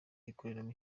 ikoreramo